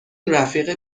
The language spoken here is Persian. رفیق